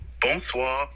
bonsoir